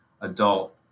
adult